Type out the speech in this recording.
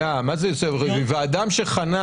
ואדם שחנה